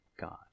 God